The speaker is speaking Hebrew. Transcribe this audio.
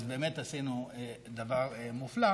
באמת עשינו דבר מופלא.